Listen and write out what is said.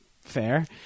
Fair